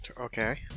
Okay